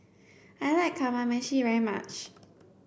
I like Kamameshi very much